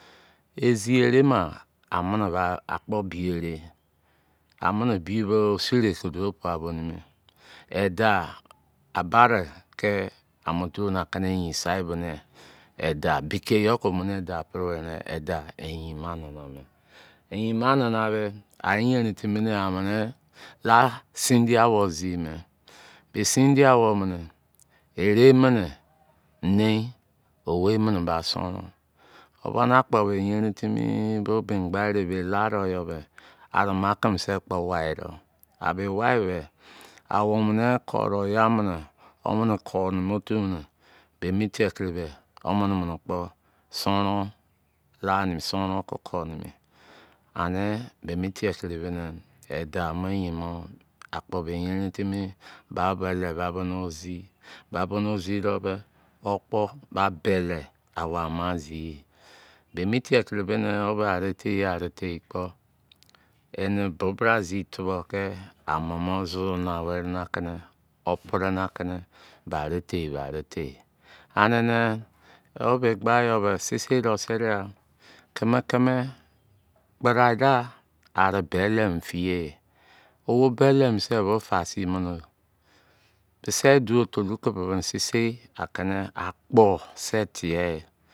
I zi ere ma, amini ba akpọ biyu-ere amini biyu be oseres ki duo pua bo nimi. Idaụ, abare kị amọ duo na kini ị yin ma sai bonị i day bike yọ komune i-day prị weri ne, ị daụ ị yin ma nana mẹ! Yin ma nana mẹ, a eyenrin timi ne̱ amini la sindiye awọụ zi mẹ. Bẹ sindiye awọụ mịnị ere mini, nein, owei mini ba sọnron. Wo bani̱ akpo be eyenrin timi bo bei mgbaị erein he la dọ yo̱ be, ari, maa kimise kpọ wai do. Abe wai be, awou mini ko do yai mini womini ko nimi otu mini. Bei mi tiekiri be womini mini kpo sonron la nimi. Sọnrọn ki ko nimi. Ani bei mi tiekiri bị ni daụ mọ ị yin mọ akpo be eyenrin timi ba beli ba boni wo zi. Ba boni wo zi do be wo kpo ba beli awou ama zi yi. Bei mi tie kiri beni wo be ari tei yi ari-tei kpo̱ ini bo bra zi tụbọụ kị amomo̱ zọzọ na wẹri ni akị ni, wo pri ni akini be ari tei be, ari-tei yi. Anini, wobe gba yinyo be sise do seri ya, kimi-kimi gbadai, da avi beli mo fiyee wo beli mose bofa sin mudo. Bise duotolu kị bịbịnị sisei akini akpo se tie yi